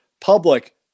public